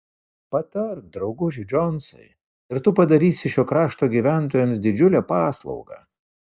patark drauguži džonsai ir tu padarysi šio krašto gyventojams didžiulę paslaugą